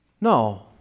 No